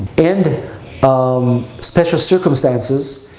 and um special circumstances,